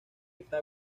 esta